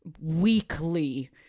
weekly